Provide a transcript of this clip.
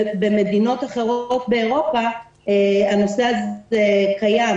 במדינות אחרות באירופה הנושא הזה קיים.